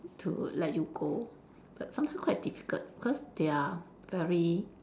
to let you go but sometimes quite difficult because they are very